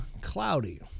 cloudy